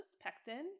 Pectin